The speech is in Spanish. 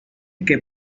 que